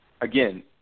again